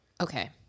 Okay